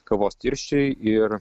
kavos tirščiai ir